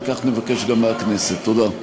וכך נבקש גם מהכנסת לעשות.